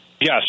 yes